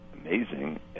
amazing